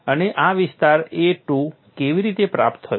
અને આ વિસ્તાર A2 કેવી રીતે પ્રાપ્ત થયો